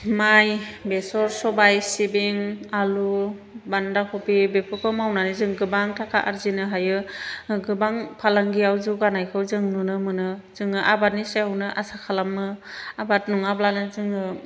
माइ बेसर सबाइ सिबिं आलु बान्दा कबि बेफोरखौ मावनानै जों गोबां थाखा आरजिनो हायो गोबां फालांगियाव जौगानायखौ जों नुनो मोनो जोङो आबादनि सायावनो आसा खालामो आबाद नङाब्लानो जोङो